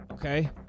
Okay